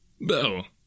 Bell